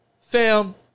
Fam